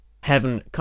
heaven